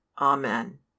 Amen